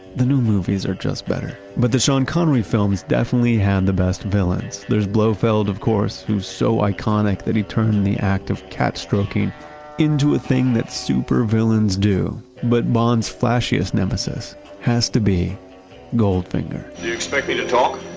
the new movies are just better, but the sean connery films definitely had the best villains. there's blofeld of course, who so iconic that he turned in the act of cat-stroking into a thing that super villains do. but bond's flashiest nemesis has to be goldfinger and you expect me to talk?